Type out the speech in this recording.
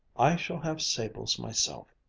i shall have sables myself,